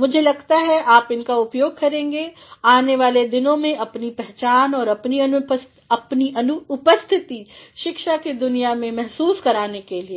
मुझे लगता है आप इनका उपयोग करेंगे आने वाली दिनों में अपनी पहचान और अपनीउपस्थितिशिक्षा की दुनिया में महसूस कराने के लिए